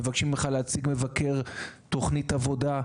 מבקשים ממך להציג מבקר ותוכנית עבודה.